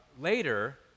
later